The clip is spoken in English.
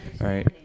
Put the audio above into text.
Right